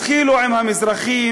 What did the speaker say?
התחילו עם המזרחים,